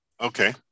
Okay